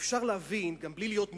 אפשר להבין, גם בלי להיות מומחה,